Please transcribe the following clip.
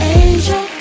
angel